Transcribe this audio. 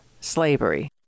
slavery